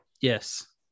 yes